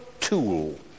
tool